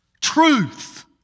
truth